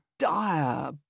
Dire